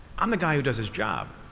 i'm the guy who does his job.